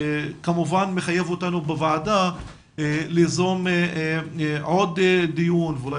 וכמובן מחייב אותנו בוועדה ליזום עוד דיון ואולי